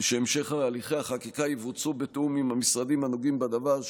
שהמשך הליכי החקיקה יבוצעו בתיאום עם המשרדים הנוגעים בדבר,